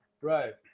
Right